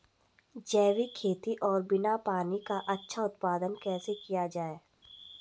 जैविक खेती और बिना पानी का अच्छा उत्पादन कैसे किया जाए?